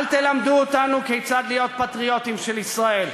אל תלמדו אותנו כיצד להיות פטריוטים של ישראל.